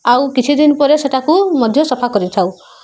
ଆଉ କିଛି ଦିନ ପରେ ସେଇଟାକୁ ମଧ୍ୟ ସଫା କରିଥାଉ